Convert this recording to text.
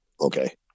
okay